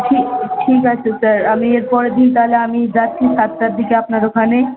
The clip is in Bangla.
ঠিক ঠিক আছে স্যার আমি এর পরের দিন তাহলে আমি যাচ্ছি সাতটার দিকে আপনার ওখানে